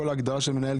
כל ההגדרה של מנהל,